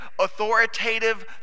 authoritative